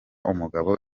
umugabo